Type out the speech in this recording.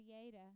creator